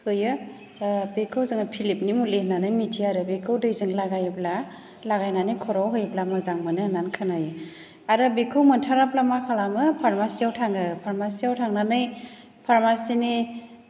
होयो बेखौ जोङो फिलिबनि मुलि होननानै मिथियो आरो बेखौ दैजों लागायोब्ला लागायनानै खर'वाव होयोब्ला मोजां मोनो होननानै खोनायो आरो बेखौ मोनथाराब्ला मा खालामो फार्मासियाव थाङो फार्मासियाव थांनानै फार्मासिनि